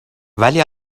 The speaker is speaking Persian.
ولی